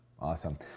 awesome